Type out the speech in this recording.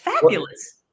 fabulous